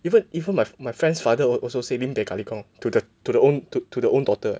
even even my my friend's father also say lim-peh galigong to the to the own to the own daughter leh